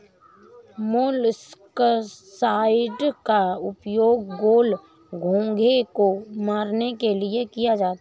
molluscicides का उपयोग गोले, घोंघे को मारने के लिए किया जाता है